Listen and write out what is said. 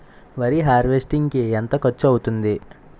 వరి హార్వెస్టింగ్ కి ఎంత ఖర్చు అవుతుంది?